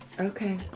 Okay